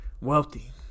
Wealthy